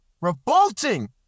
revolting